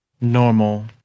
normal